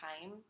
time